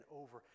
over